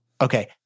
Okay